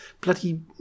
bloody